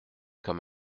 comme